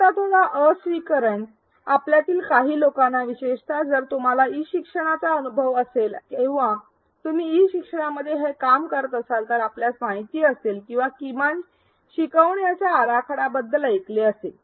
आता थोडा अस्वीकरण आपल्यातील काही लोकांना विशेषत जर तुम्हाला ई शिक्षणाचा अनुभव असेल किंवा तुम्ही ई शिक्षणामध्ये हे काम करत असाल तर आपणास माहिती असेल किंवा किमान शिकवण्याच्या आराखड्यात बद्दल ऐकले असेल